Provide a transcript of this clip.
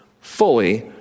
fully